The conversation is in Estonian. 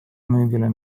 müügile